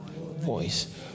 voice